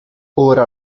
ora